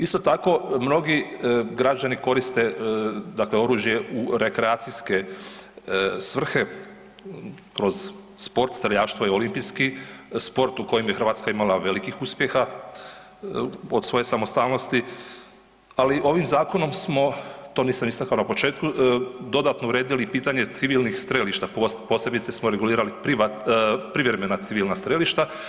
Isto tako mnogi građani koriste, dakle oružje u rekreacijske svrhe kroz sport, streljaštvo i olimpijski sport u kojem je Hrvatska imala velikih uspjeha od svoje samostalnosti, ali ovim zakonom smo, to nisam istakao na početku, dodatno uredili pitanje civilnih strelišta, posebice smo regulirali privremena civilna strelišta.